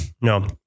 No